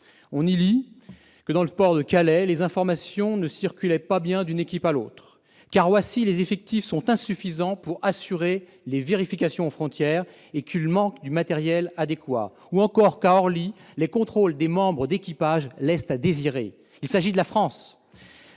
On y lit que, dans le port de Calais, les informations ne circulent pas bien d'une équipe à l'autre ; qu'à Roissy, les effectifs sont insuffisants pour assurer les vérifications aux frontières, et qu'il y manque du matériel adéquat ; qu'à Orly, les contrôles des membres d'équipage laissent à désirer. Il s'agit de la France